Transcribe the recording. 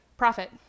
Profit